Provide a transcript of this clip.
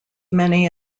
many